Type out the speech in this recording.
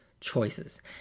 Choices